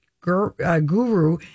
guru